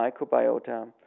microbiota